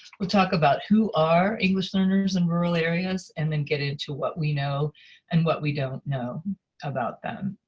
we'll talk about who are english learners in rural areas, and then get into what we know and what we don't know about them.